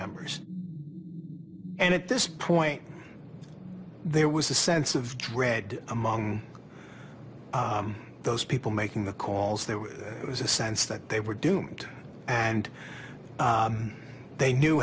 members and at this point there was a sense of dread among those people making the calls they were it was a sense that they were doomed and they knew